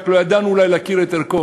רק לא ידענו אולי להכיר את ערכו.